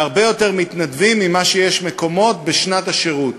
והרבה יותר מתנדבים ממקומות התנדבות, בשנת השירות.